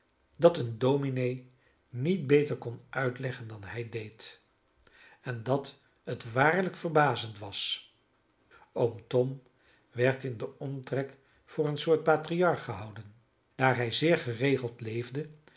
dat een dominee niet beter kon uitleggen dan hij deed en dat het waarlijk verbazend was oom tom werd in den omtrek voor een soort patriarch gehouden daar hij zeer geregeld leefde